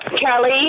Kelly